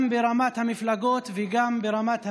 גם ברמת המפלגות וגם ברמת המנהיגים,